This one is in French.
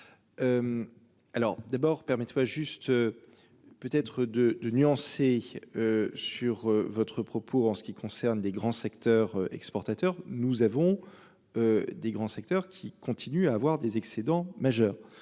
Alors d'abord permis vois juste. Peut être de 2 nuancé. Sur votre propos. En ce qui concerne les grands secteurs exportateurs. Nous avons. Des grands secteurs qui continuent à avoir des excédents majeur.